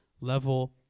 level